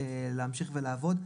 הנגיד בהסכמת השר ובהתייעצות עם הרשות,